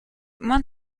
moins